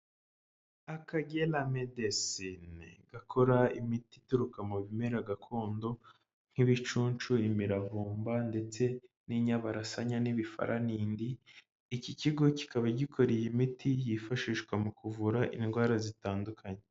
Akagera Medecine gakora imiti ituruka mu bimera gakondo, nk'ibicuncu, imiravumba ndetse n'inyabarasanya n'ibifaranindi, iki kigo kikaba gikora iyi miti yifashishwa mu kuvura indwara zitandukanye.